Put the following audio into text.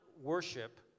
worship